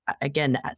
Again